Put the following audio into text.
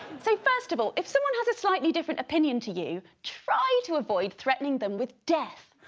so first of all, if someone has a slightly different opinion to you try to avoid threatening them with death